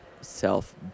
self